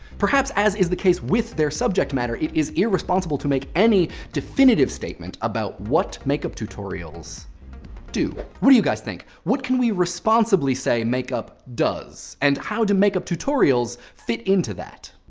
perhaps, as is the case with their subject matter, it is irresponsible to make any definitive statement about what makeup tutorials do. what do you guys think? what can we responsibly say makeup does, and how to make tutorials fit into that?